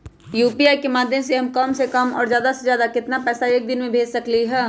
UPI के माध्यम से हम कम से कम और ज्यादा से ज्यादा केतना पैसा एक दिन में भेज सकलियै ह?